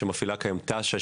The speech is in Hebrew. שמפעילה כיום תש"ן,